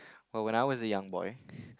but when I was a young boy